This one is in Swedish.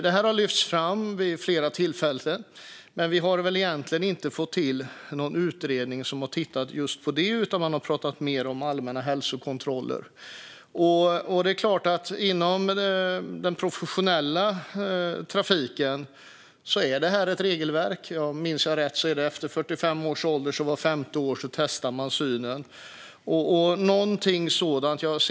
Det här har lyfts fram vid flera tillfällen. Men vi har egentligen inte fått till någon utredning som har tittat just på detta, utan man har pratat mer om allmänna hälsokontroller. Inom den professionella trafiken är det här ett regelverk. Om jag minns rätt är det efter 45 års ålder som man testar synen vart femte år. Någonting sådant vore bra.